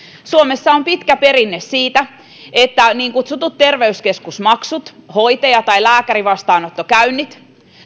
suomessa on pitkä perinne siitä että niin kutsutut terveyskeskusmaksut hoitaja tai lääkärivastaanottokäynnit